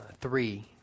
three